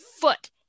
foot